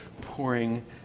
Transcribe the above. pouring